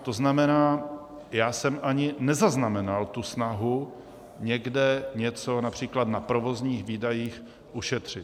To znamená, já jsem ani nezaznamenal tu snahu někde něco, například na provozních výdajích, ušetřit.